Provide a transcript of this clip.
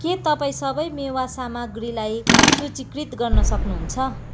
के तपाईँ सबै मेवा सामग्रीलाई सूचीकृत गर्न सक्नुहुन्छ